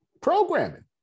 Programming